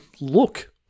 look